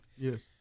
Yes